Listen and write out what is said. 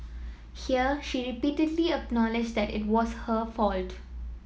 here she repeatedly acknowledged that it was her fault